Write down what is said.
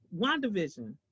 wandavision